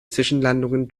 zwischenlandungen